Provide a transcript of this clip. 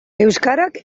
euskarak